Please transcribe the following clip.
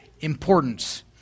importance